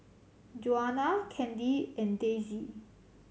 Juana Kandy and Daisye